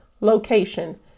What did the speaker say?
location